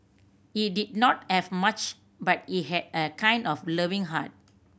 he did not have much but he had a kind and loving heart